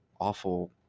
awful